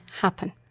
happen